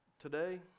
Today